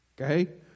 Okay